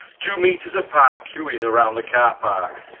two metres apart queuing around the car park.